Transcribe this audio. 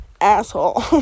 asshole